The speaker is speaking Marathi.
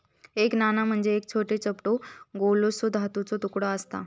एक नाणा म्हणजे एक छोटो, चपटो गोलसो धातूचो तुकडो आसता